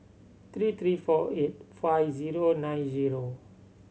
three three four eight five zero nine zero